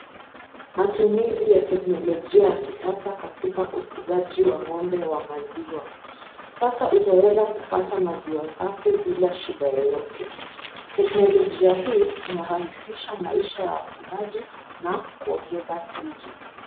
Matumizi ya teknolojia ya kisasa katika ufugaji wa ng'ombe wa maziwa. Sasa utaweza kupata maziwa safi bila shida yoyote. Teknolojia hii itarahisisha maisha ya wafugaji na kuongeza tijo.